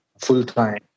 full-time